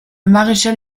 maréchal